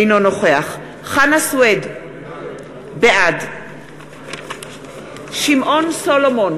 אינו נוכח חנא סוייד, בעד שמעון סולומון,